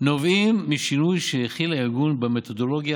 נובעים משינוי שהחיל הארגון במתודולוגיית